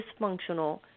dysfunctional